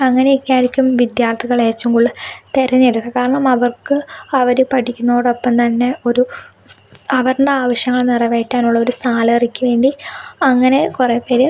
അങ്ങനെയൊക്കെ ആയിരിക്കും വിദ്യാർത്ഥികൾ ഏറ്റവും കൂടുതൽ തിരഞ്ഞെടുക്കുക കാരണം അവർക്ക് അവരെ പഠിക്കുന്നതോടൊപ്പം തന്നെ ഒരു സ് സ് അവരുടെ ആവശ്യങ്ങൾ നിറവേറ്റാനുള്ള ഒരു സാലറിക്ക് വേണ്ടി അങ്ങനെ കുറേ പേർ